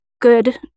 good